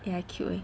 ya I cute eh